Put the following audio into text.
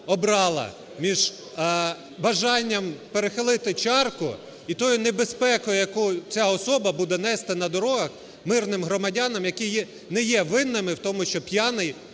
обрала між бажанням перехилити чарку і тою небезпекою, яку ця особа буде нести на дорогах мирним громадянам, які не є винними в тому, що п'яний